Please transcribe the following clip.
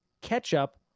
ketchup